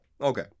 Okay